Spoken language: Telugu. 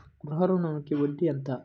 గృహ ఋణంకి వడ్డీ ఎంత?